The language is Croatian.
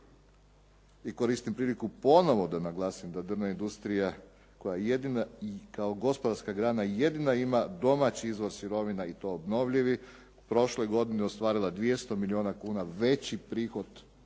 i koristim priliku ponovo da naglasim da drvna industrija koja je jedina i kao gospodarska grana jedina ima domaći izvoz sirovina i to obnovljivi u prošloj godini ostvarila 200 milijuna kuna veći prihod nego